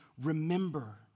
Remember